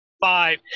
five